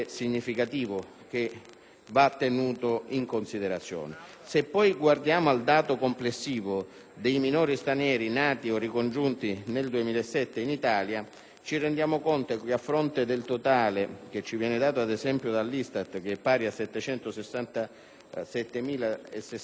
va tenuto in considerazione. Se poi si guarda al dato complessivo dei minori stranieri nati o ricongiunti nel 2007 in Italia, ci rendiamo conto che, a fronte del totale fornitoci, ad esempio, dall'ISTAT, pari 767.060 minori,